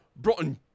Broughton